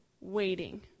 waiting